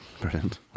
Brilliant